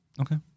Okay